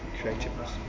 Creativeness